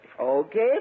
Okay